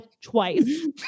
twice